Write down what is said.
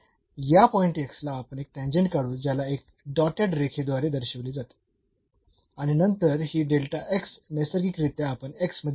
तर या पॉईंट ला आपण एक टॅन्जेंट काढू ज्याला या डॉटेड रेखे द्वारे दर्शविले जाते आणि नंतर ही नैसर्गिकरित्या आपण मध्ये दिलेली वाढ आहे